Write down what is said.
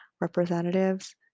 representatives